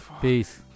Peace